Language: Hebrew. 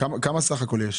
כמה סך הכול יש?